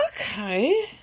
okay